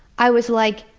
i was like,